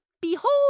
Behold